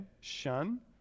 shun